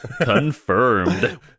confirmed